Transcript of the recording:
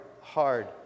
hard